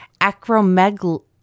acromegaly